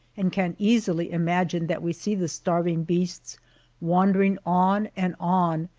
and can easily imagine that we see the starving beasts wandering on and on,